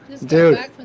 Dude